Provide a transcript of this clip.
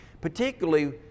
Particularly